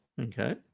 Okay